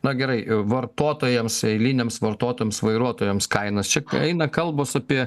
na gerai vartotojams eiliniams vartotojams vairuotojams kainos čia eina kalbos apie